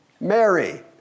Mary